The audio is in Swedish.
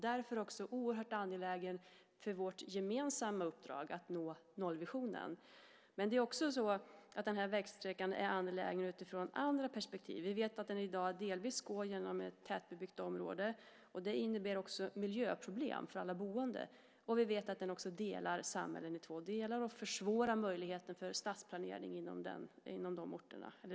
Därför är det också oerhört angeläget för vårt gemensamma uppdrag att nå nollvisionen. Men denna vägsträcka är angelägen även utifrån andra perspektiv. Vi vet att den delvis går genom ett tätbebyggt område. Det innebär också ett miljöproblem för alla boende. Och vi vet att den också delar samhället i två delar och försvårar möjligheterna för stadsplanering inom den orten.